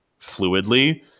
fluidly